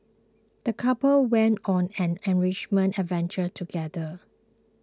the couple went on an enriching adventure together